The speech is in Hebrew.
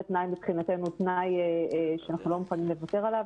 מבחינתנו זה תנאי שאנחנו לא מוכנים לוותר עליו.